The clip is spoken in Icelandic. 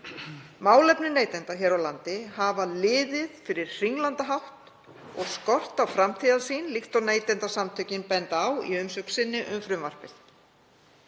Málefni neytenda hér á landi hafa liðið fyrir hringlandahátt og skort á framtíðarsýn líkt og Neytendasamtökin benda á í umsögn sinni um frumvarpið.